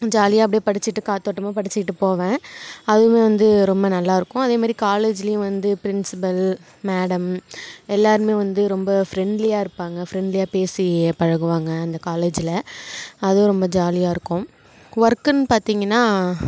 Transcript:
ஜாலியாக அப்டேயே படிச்சிகிட்டு காத்றோட்டமா படிச்சிக்கிட்டு போவேன் அதுவுமே வந்து ரொம்ப நல்லாயிருக்கும் அதேமாதிரி காலேஜுலேயும் வந்து பிரின்சிபல் மேடம் எல்லோருமே வந்து ரொம்ப ஃப்ரெண்ட்லியாக இருப்பாங்க ஃப்ரெண்ட்லியாக பேசி பழகுவாங்க அந்த காலேஜில் அதுவும் ரொம்ப ஜாலியாக இருக்கும் ஒர்க்குன்னு பார்த்தீங்கன்னா